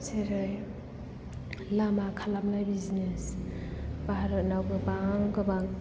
जेरै लामा खालामनाय बिजनेस भारतनाव गोबां गोबां